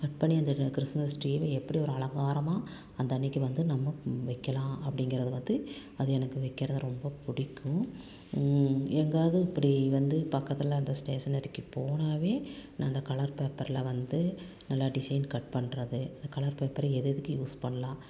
cut பண்ணி அந்த Christmas ட்ரீயை எப்படி ஒரு அலங்காரமா அந்த அன்றைக்கு வந்து நம்ம வைக்கலாம் அப்படிங்கிறது வந்து அது எனக்கு வைக்கிறது ரொம்ப பிடிக்கும் எங்காயாவது இப்படி வந்து பக்கத்தில் அந்த ஸ்டேஷ்னரிக்கு போனாவே அந்த கலர் பேப்பர்ல வந்து நல்ல டிசைன் கட் பண்ணுறது கலர் பேப்பர் எதெதுக்கு யூஸ் பண்ணலாம்